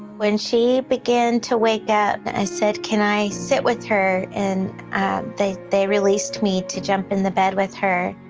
when she began to wake up i said can i sit with her and they they released me to jump in the bed with her.